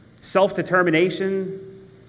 self-determination